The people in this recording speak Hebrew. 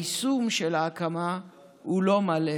היישום של ההקמה הוא לא מלא,